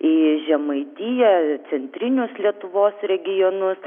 į žemaitiją centrinius lietuvos regionus